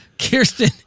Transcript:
Kirsten